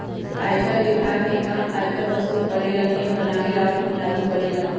आयकर विभाग के काम आयकर वसूल करे ला नियम बनावे और लागू करेला हई